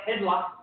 Headlock